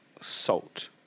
salt